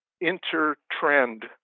inter-trend